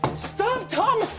stuff. tom